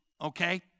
okay